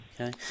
Okay